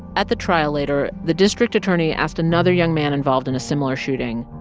at the trial later, the district attorney asked another young man involved in a similar shooting,